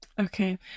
Okay